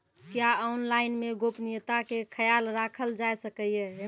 क्या ऑनलाइन मे गोपनियता के खयाल राखल जाय सकै ये?